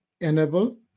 enable